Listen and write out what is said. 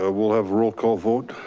ah we'll have roll call vote.